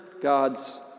God's